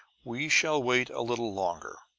we shall wait a little longer.